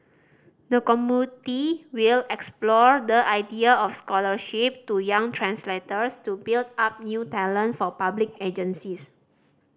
the committee will explore the idea of scholarship to young translators to build up new talent for public agencies